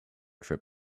trip